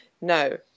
no